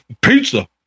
Pizza